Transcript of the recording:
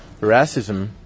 racism